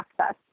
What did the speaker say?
access